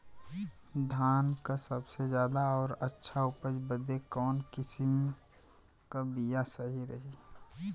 धान क सबसे ज्यादा और अच्छा उपज बदे कवन किसीम क बिया सही रही?